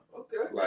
okay